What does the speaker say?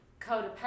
codependent